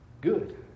good